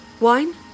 Wine